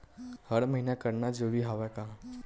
हर महीना करना जरूरी हवय का?